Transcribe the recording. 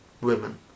women